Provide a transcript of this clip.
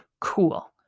cool